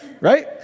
right